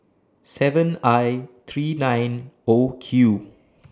seven I three nine O Q